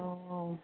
औ औ